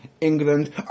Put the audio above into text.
England